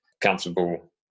comfortable